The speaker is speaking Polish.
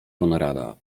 konrada